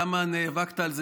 כמה נאבקת על זה,